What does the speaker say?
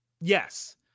Yes